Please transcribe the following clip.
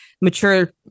mature